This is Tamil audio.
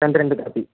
ரெண்டு ரெண்டு காபி